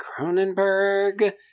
Cronenberg